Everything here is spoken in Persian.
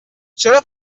چرا